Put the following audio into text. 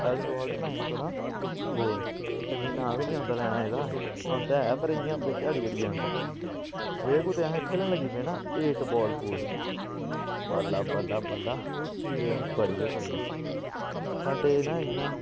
एस फालट नाइन कोला बोर इत्थै मी नांऽ बी निं औंदा लैना एह्दा औंदा ऐ पर इ'यां बिच्च हड़ी हड़ियै आंदा जे कुतै असें खेलन लगी पे न एट बाल पूल बल्ला बल्ला बल्ला गेम बड़ी गै तकड़ी साड्डे ना इ'यां